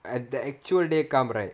and the actual day come right